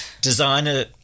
Designer